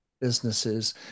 businesses